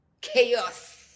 Chaos